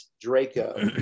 Draco